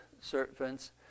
servants